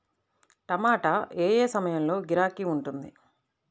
టమాటా ఏ ఏ సమయంలో గిరాకీ ఉంటుంది?